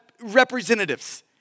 representatives